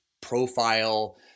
profile